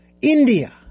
India